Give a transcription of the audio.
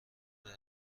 بله